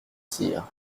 cyr